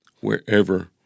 wherever